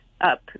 up